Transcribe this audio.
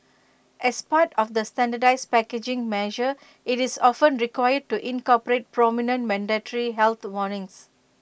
as part of the standardised packaging measure IT is often required to incorporate prominent mandatory health warnings